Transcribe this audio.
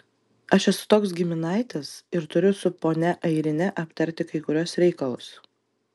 aš esu toks giminaitis ir turiu su ponia airine aptarti kai kuriuos reikalus